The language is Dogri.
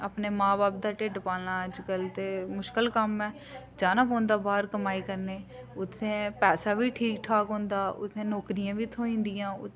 अपने मां बब्ब दा ढिड्ड पालना अज्जकल ते मुश्कल कम्म ऐ जाना पौंदा बाह्र कमाई करने गी उत्थें पैसा बी ठीक ठाक होंदा उत्थें नौकरियां बी थ्होई जंदियां उत्थें